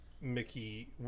Mickey